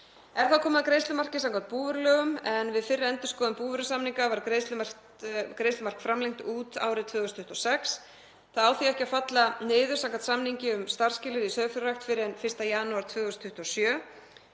Er þá komið að greiðslumarki samkvæmt búvörulögum en við fyrri endurskoðun búvörusamninga var greiðslumark framlengt út árið 2026. Það á því ekki að falla niður samkvæmt samningi um starfsskilyrði í sauðfjárrækt fyrr en 1. janúar 2027.